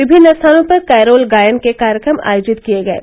विभिन्न स्थानों पर कैरोल गायन के कार्यक्रम आयोजित किये गये